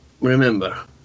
remember